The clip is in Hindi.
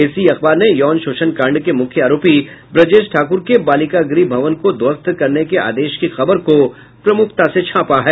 इसी अखबार ने यौन शोषण कांड के मुख्य आरोपी ब्रजेश ठाकुर के बालिका गृह भवन को ध्वस्त करने के आदेश की खबर को प्रमुखता से छापा है